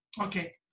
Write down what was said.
Okay